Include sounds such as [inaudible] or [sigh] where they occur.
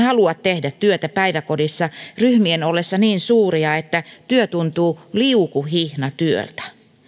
[unintelligible] halua tehdä työtä päiväkodissa ryhmien ollessa niin suuria että työ tuntuu liukuhihnatyöltä